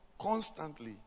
constantly